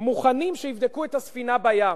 מוכנים שיבדקו את הספינה בים.